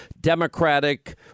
democratic